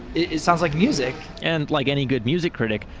it sounds like music! and, like any good music critic,